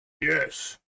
yes